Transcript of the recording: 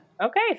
Okay